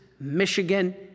Michigan